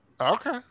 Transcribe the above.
Okay